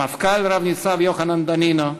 המפכ"ל, רב-ניצב יוחנן דנינו,